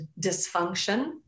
dysfunction